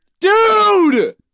Dude